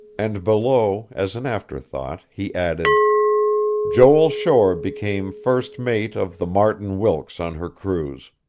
and below, as an afterthought, he added joel shore became first mate of the martin wilkes on her cruise.